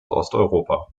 osteuropa